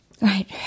Right